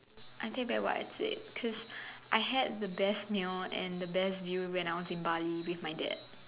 I take back what I said cause I had the best meal and the best view when I was in Bali with my dad